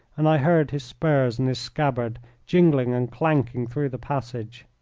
and i heard his spurs and his scabbard jingling and clanking through the passage.